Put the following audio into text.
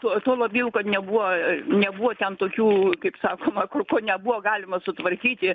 tuo tuo labiau kad nebuvo nebuvo ten tokių kaip sakoma kur ko nebuvo galima sutvarkyti